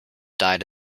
died